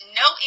no